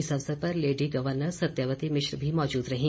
इस अवसर पर लेडी गवर्नर सत्यावती मिश्र भी मौजूद रहीं